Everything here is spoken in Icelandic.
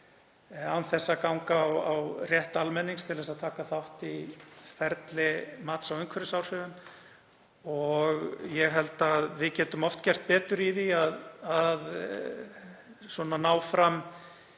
án þess að ganga á rétt almennings til að taka þátt í ferli mats á umhverfisáhrifum. Ég held að við getum oft gert betur í því að ná því